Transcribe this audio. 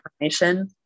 information